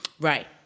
Right